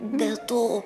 be to